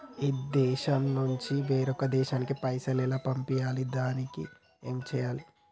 ఈ దేశం నుంచి వేరొక దేశానికి పైసలు ఎలా పంపియ్యాలి? దానికి ఏం చేయాలి?